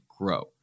grow